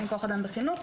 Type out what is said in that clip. אין כוח אדם בחינוך,